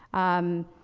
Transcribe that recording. um,